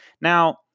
Now